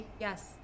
yes